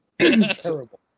Terrible